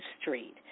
Street